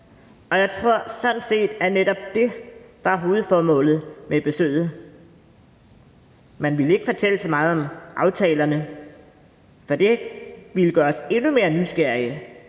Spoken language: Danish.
og jeg tror sådan set, at netop det var hovedformålet med besøget. Man ville ikke fortælle så meget om aftalerne, for det ville gøre os endnu mere nysgerrige